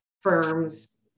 firms